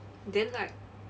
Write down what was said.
then like